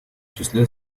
числе